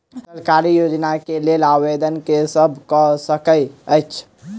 सरकारी योजना केँ लेल आवेदन केँ सब कऽ सकैत अछि?